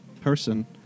person